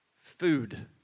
food